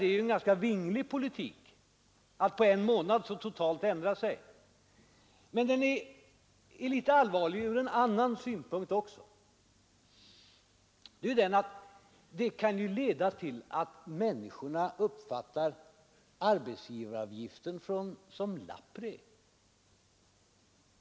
Det är en ganska vinglig politik att på en månad totalt ändra sig. Men den är allvarlig också från en annan synpunkt. Den kan nämligen leda till att människorna uppfattar arbetsgivaravgiften såsom lappri.